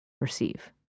receive